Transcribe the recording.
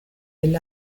del